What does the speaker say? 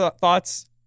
thoughts